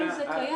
כל זה קיים.